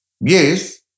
Yes